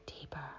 deeper